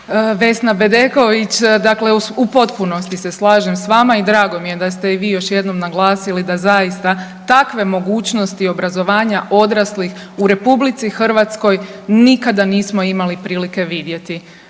Vesna Bedeković. Dakle, u potpunosti se slažem sa vama i drago mi je da ste i vi još jednom naglasili da zaista takve mogućnosti obrazovanja odraslih u RH nikada nismo imali prilike vidjeti